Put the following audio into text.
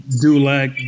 Dulac